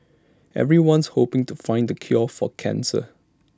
everyone's hoping to find the cure for cancer